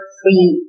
free